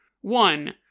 One